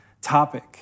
topic